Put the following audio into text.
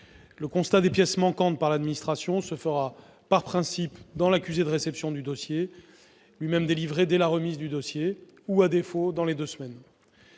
Le constat des pièces manquantes par l'administration se fera par principe dans l'accusé de réception du dossier délivré dès la remise du dossier ou, à défaut, dans un délai de deux semaines.